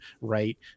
Right